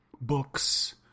books